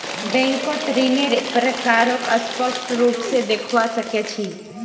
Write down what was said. बैंकत ऋन्नेर प्रकारक स्पष्ट रूप से देखवा सके छी